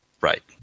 Right